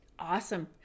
Awesome